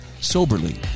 soberly